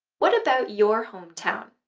what about your hometown?